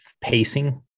pacing